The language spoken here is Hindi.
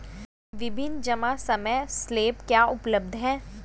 विभिन्न जमा समय स्लैब क्या उपलब्ध हैं?